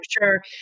sure